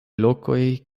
lokoj